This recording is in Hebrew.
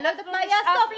אני לא יודעת מה יהיה הסוף,